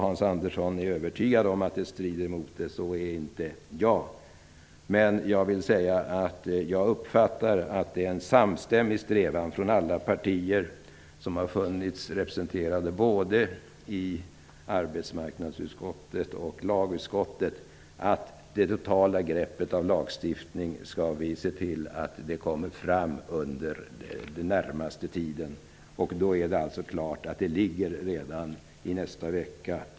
Hans Andersson är övertygad om att det brister i lagförslaget. Så är inte jag. Jag uppfattar att det finns en samstämmig strävan hos alla partier som är representerade i både arbetsmarknadsutskottet och lagutskottet att det under den närmaste tiden skall bli ett totalt grepp om lagstiftningen. Det är klart att förslaget kommer att ligga på Lagrådets bord nästa vecka.